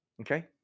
Okay